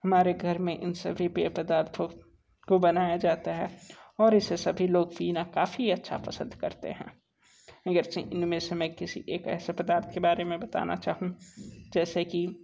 हमारे घर में इन सभी पेय पदार्थों को बनाया जाता है और इसे सभी लोग पीना काफी अच्छा पसंद करते हैं इनमें से मैं किसी एक ऐसा पदार्थ के बारे में बताना चाहूँ जैसे की